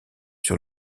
sur